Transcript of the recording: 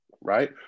right